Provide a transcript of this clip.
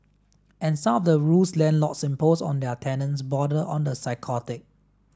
and some of the rules landlords impose on their tenants border on the psychotic